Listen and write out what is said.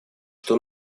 что